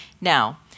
Now